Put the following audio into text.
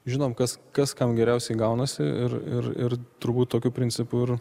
žinom kas kas kam geriausiai gaunasi ir ir ir turbūt tokiu principu ir